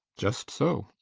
just so.